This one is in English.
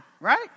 right